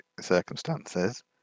circumstances